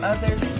Others